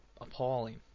appalling